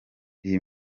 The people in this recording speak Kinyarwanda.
iyi